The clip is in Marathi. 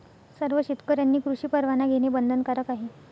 सर्व शेतकऱ्यांनी कृषी परवाना घेणे बंधनकारक आहे